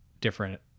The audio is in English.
different